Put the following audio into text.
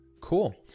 Cool